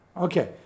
Okay